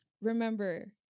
remember